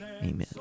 Amen